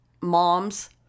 mom's